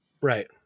Right